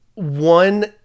One